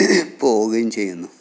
പോകുകയും ചെയ്യുന്നു